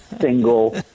single